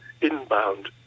inbound